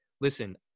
listen